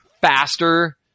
faster